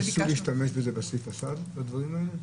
ניסו להשתמש בזה, בסעיף הסעד, לדברים האלה?